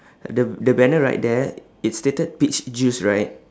the the banner right there it's stated peach juice right